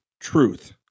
truth